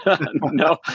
no